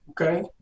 Okay